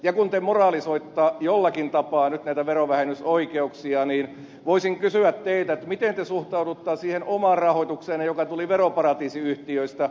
ja kun te moralisoitte jollakin tapaa nyt näitä verovähennysoikeuksia niin voisin kysyä teiltä miten te suhtaudutte siihen omaan rahoitukseenne joka tuli veroparatiisiyhtiöistä